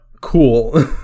cool